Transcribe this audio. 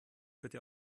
bitte